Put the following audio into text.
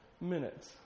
minutes